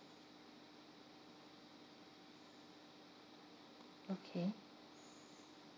okay